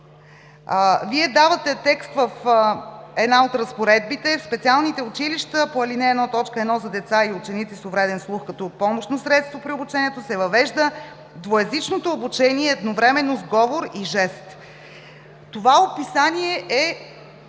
Вие давате текст в една от разпоредбите: „В специалните училища по ал. 1, т. 1 за деца и ученици с увреден слух като помощно средство при обучението се въвежда двуезичното обучение едновременно с говор и жест“. Това описание е,